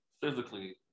physically